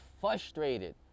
frustrated